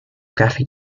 graphic